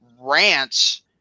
rants